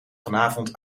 vanavond